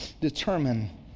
determine